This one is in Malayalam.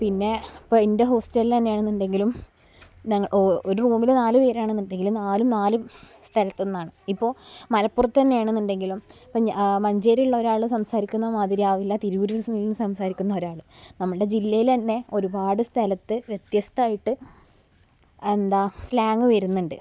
പിന്നെ എൻ്റെ ഹോസ്റ്റലിൽ തന്നെയാണെന്നുണ്ടെങ്കിലും ഞങ്ങൾ ഒരു റൂമിൽ നാല് പേരാണെന്നുണ്ടെങ്കിൽ നാലും നാല് സ്ഥലത്ത് നിന്നാണ് ഇപ്പോൾ മലപ്പുറത്ത് തന്നെയാണെന്ന് ഉണ്ടെങ്കിലും മഞ്ചേരിയുള്ള ഒരാൾ സംസാരിക്കുന്ന മാതിരിയാവില്ല തിരൂർ നിന്ന് സംസാരിക്കുന്ന ഒരാൾ നമ്മളുടെ ജില്ലയിലെ തന്നെ ഒരുപാട് സ്ഥലത്ത് വ്യത്യസ്ഥമായിട്ട് എന്താണ് സ്ളാംഗ് വരുന്നുണ്ട്